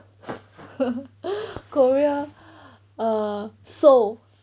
korea err seoul